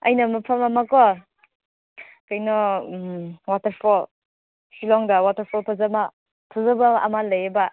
ꯑꯩꯅ ꯃꯐꯝ ꯑꯃ ꯀꯣ ꯀꯩꯅꯣ ꯋꯥꯇꯔꯐꯣꯜ ꯁꯤꯂꯣꯡꯗ ꯋꯥꯇꯔꯐꯣꯜ ꯐꯖꯕ ꯐꯖꯕ ꯑꯃ ꯂꯩꯌꯦꯕ